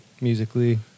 musically